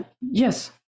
yes